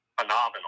phenomenal